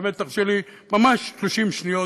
באמת, תרשה לי ממש 30 שניות.